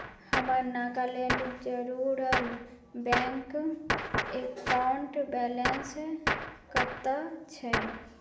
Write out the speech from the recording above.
हमर नागालैण्ड जरूरल bank account balance कते छै